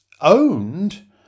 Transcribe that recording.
owned